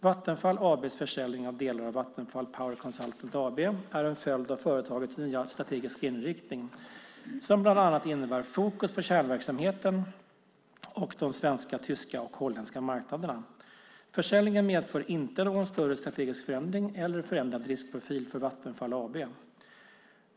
Vattenfall AB:s försäljning av delar av Vattenfall Power Consultant AB är en följd av företagets nya strategiska inriktning, som bland annat innebär fokus på kärnverksamheten och de svenska, tyska och holländska marknaderna. Försäljningen medför inte någon större strategisk förändring eller förändrad riskprofil för Vattenfall AB.